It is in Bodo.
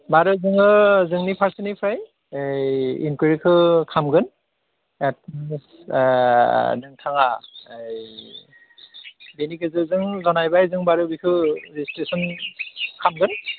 माने जोङो जोंनि फारसेनिफ्राय ओइ इनकुवेरिखौ खालामगोन नोंथाङा ओइ बेनि गेजेरजों जनायबाय जों बारु बेखो रेजिसट्रेसन खामगोन